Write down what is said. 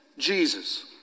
Jesus